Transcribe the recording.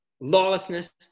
Lawlessness